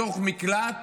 בתוך מקלט